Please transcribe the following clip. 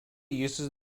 uses